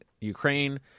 Ukraine